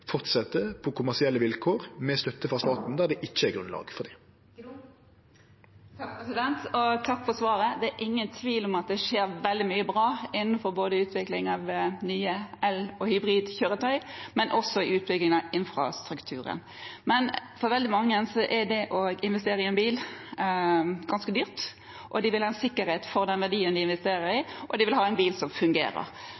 på kommersielle vilkår, med støtte frå staten der det ikkje er grunnlag for det. Takk for svaret. Det er ingen tvil om at det skjer veldig mye bra innenfor både utvikling av nye el- og hybridkjøretøy og i utbygging av infrastrukturen. Men for veldig mange er det å investere i en bil ganske dyrt, og de vil ha en sikkerhet for den verdien de investerer i,